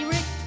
Rick